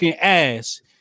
ass